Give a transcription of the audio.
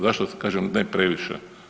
Zašto kažem ne previše?